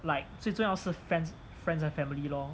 like 最重要是 friends friends 和 family lor